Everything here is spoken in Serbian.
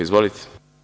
Izvolite.